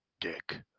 Dick